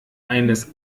eines